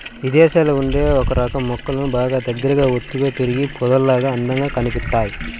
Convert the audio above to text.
ఇదేశాల్లో ఉండే ఒకరకం మొక్కలు బాగా దగ్గరగా ఒత్తుగా పెరిగి పొదల్లాగా అందంగా కనిపిత్తయ్